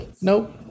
Nope